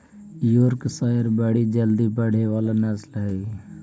Yorkshire बड़ी जल्दी बढ़े वाला नस्ल हई